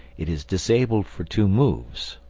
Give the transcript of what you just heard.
it is disabled for two moves.